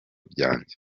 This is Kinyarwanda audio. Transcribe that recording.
byanjye